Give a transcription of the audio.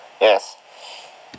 yes